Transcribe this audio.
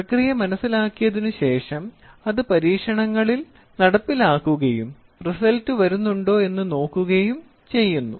പ്രക്രിയ മനസിലാക്കിയതിനുശേഷം അത് പരീക്ഷണങ്ങളിൽ നടപ്പിലാക്കുകയും റിസൾട്ട് വരുന്നുണ്ടോ എന്ന് നോക്കുകയും ചെയ്യുന്നു